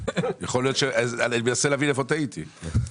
אני מנסה להבין איפה טעיתי.